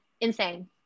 insane